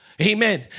Amen